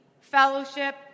fellowship